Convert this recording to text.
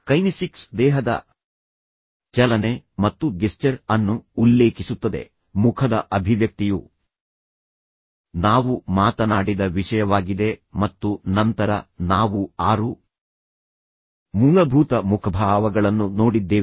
kinesics ದೇಹದ ಚಲನೆ ಮತ್ತು ಗೆಸ್ಚರ್ ಅನ್ನು ಉಲ್ಲೇಖಿಸುತ್ತದೆ ಮುಖದ ಅಭಿವ್ಯಕ್ತಿಯು ನಾವು ಮಾತನಾಡಿದ ವಿಷಯವಾಗಿದೆ ಮತ್ತು ನಂತರ ನಾವು ಆರು ಮೂಲಭೂತ ಮುಖಭಾವಗಳನ್ನು ನೋಡಿದ್ದೇವೆ